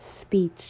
speech